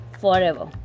forever